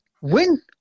win